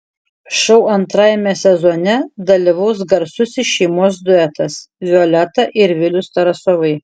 šou antrajame sezone dalyvaus garsusis šeimos duetas violeta ir vilius tarasovai